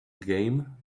game